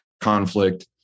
conflict